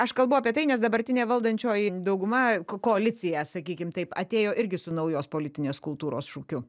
aš kalbu apie tai nes dabartinė valdančioji dauguma koalicija sakykim taip atėjo irgi su naujos politinės kultūros šūkiu